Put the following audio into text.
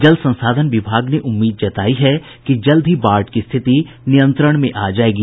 जल संसाधन विभाग ने उम्मीद जतायी है कि जल्द ही बाढ़ की स्थिति नियंत्रण में आ जायेगी